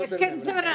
בקיצור,